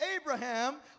Abraham